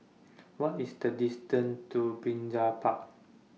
What IS The distance to Brizay Park